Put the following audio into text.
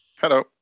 Hello